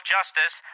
Justice